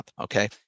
okay